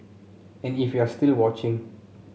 and if you're still watching